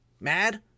mad